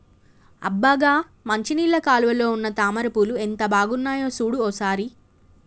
అబ్బ గా మంచినీళ్ళ కాలువలో ఉన్న తామర పూలు ఎంత బాగున్నాయో సూడు ఓ సారి